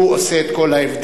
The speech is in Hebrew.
זה עושה את כל ההבדל.